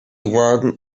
one